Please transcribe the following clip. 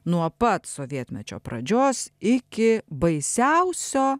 nuo pat sovietmečio pradžios iki baisiausio